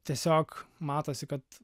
tiesiog matosi kad